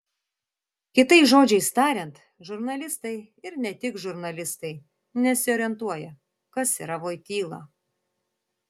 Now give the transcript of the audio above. kitais žodžiais tariant žurnalistai ir ne tik žurnalistai nesiorientuoja kas yra voityla